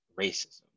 racism